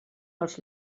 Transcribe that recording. als